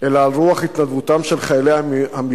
אלא על רוח התנדבותם של חיילי המילואים,